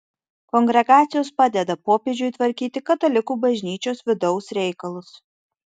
kongregacijos padeda popiežiui tvarkyti katalikų bažnyčios vidaus reikalus